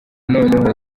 noneho